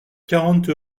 quarante